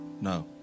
No